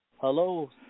Hello